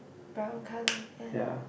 brown colour ya